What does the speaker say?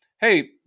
hey